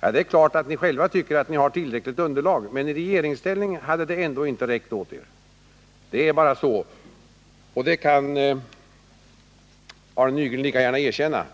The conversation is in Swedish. Det är klart att ni själva tycker att ni har ett tillräckligt underlag, men i regeringsställning hade det ändå inte räckt åt er. Det är bara så. Arne Nygren kan lika gärna erkänna detta.